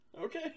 Okay